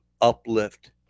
uplift